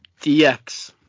DX